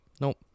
Nope